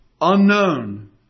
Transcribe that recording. unknown